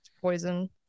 poison